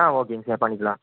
ஆ ஓகேங்க சார் பண்ணிக்கலாம்